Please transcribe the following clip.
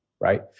right